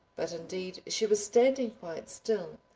but indeed she was standing quite still,